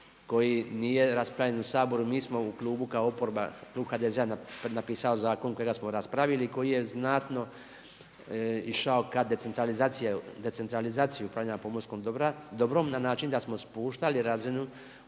koji nije raspravljen u Sabor. Mi smo u klubu kao oporba, Klub HDZ-a napisao zakon kojega smo raspravili, koji je znatno išao ka centralizaciji, decentralizaciju upravljanja pomorskog dobrom, na način da smo spuštali razinu